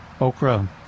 okra